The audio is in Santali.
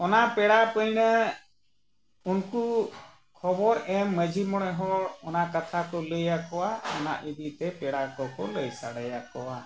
ᱚᱱᱟ ᱯᱮᱲᱟ ᱯᱟᱹᱦᱬᱟᱹ ᱩᱱᱠᱩ ᱠᱷᱚᱵᱚᱨ ᱮᱢ ᱢᱟᱺᱡᱷᱤ ᱢᱚᱬᱮ ᱦᱚᱲ ᱚᱱᱟ ᱠᱟᱛᱷᱟ ᱠᱚ ᱞᱟᱹᱭᱟᱠᱚᱣᱟ ᱚᱱᱟ ᱤᱫᱤ ᱛᱮ ᱯᱮᱲᱟ ᱠᱚ ᱠᱚ ᱞᱟᱹᱭ ᱥᱟᱰᱮᱭᱟᱠᱚᱣᱟ